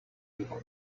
river